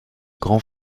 grand